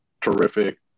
terrific